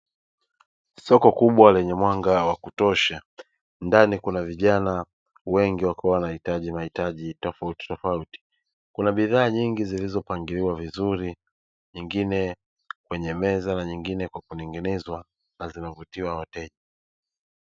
Soko kubwa lenye mwanga wa kutosha ndani kuna vijana wengi wakiwa wanahitaji mahitaji tofautitofauti, kuna bidhaa nyingi zilizopangiliwa vizuri. Nyingine kwenye meza na nyingine kwa kuning’inizwa na zinavutia wateja.